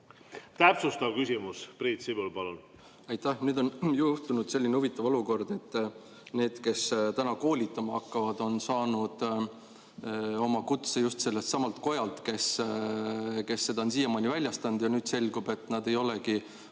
Täpsustav küsimus. Priit Sibul, palun! Aitäh! Nüüd on juhtunud selline huvitav olukord, et need, kes täna koolitama hakkavad, on saanud oma kutse just selleltsamalt kojalt, kes seda on siiamaani väljastanud, ja nüüd selgub, et nad ei olegi